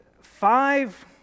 five